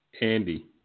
Andy